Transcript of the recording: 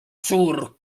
suur